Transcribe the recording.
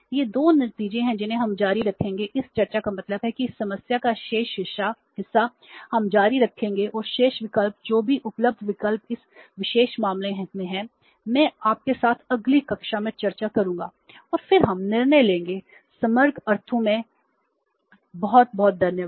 ये 2 नतीजे हैं जिन्हें हम जारी रखेंगे इस चर्चा का मतलब है कि इस समस्या का शेष हिस्सा हम जारी रखेंगे और शेष विकल्प जो भी उपलब्ध विकल्प इस विशेष मामले में हैं मैं आपके साथ अगली कक्षा में चर्चा करूंगा और फिर हम निर्णय लेंगे समग्र अर्थों में बहुत बहुत धन्यवाद